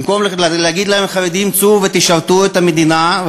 במקום להגיד לחרדים: צאו ותשרתו את המדינה,